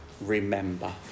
remember